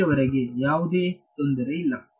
ಇಲ್ಲಿಯವರೆಗೆ ಯಾವುದೇ ತೊಂದರೆ ಇಲ್ಲ